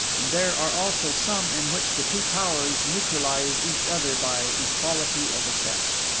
and there are also some in which the two powers neutralize each other by equality of effect.